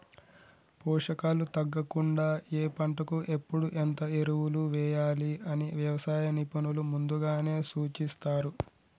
పోషకాలు తగ్గకుండా ఏ పంటకు ఎప్పుడు ఎంత ఎరువులు వేయాలి అని వ్యవసాయ నిపుణులు ముందుగానే సూచిస్తారు